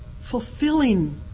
fulfilling